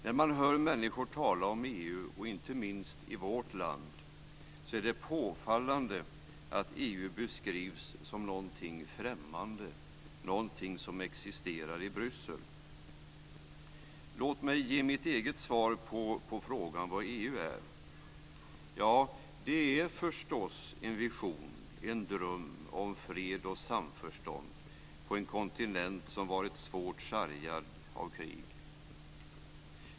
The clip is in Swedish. När man hör människor tala om EU, inte minst i vårt land, är det påfallande att EU beskrivs som något främmande, någonting som existerar i Bryssel. Låt mig ge mitt eget svar på frågan vad EU är. Det är förstås en vision och en dröm om fred och samförstånd på en kontinent som varit svårt sargad av krig.